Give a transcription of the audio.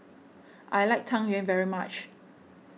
I like Tang Yuen very much